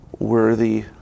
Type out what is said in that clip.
worthy